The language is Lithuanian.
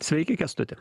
sveiki kęstuti